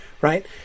right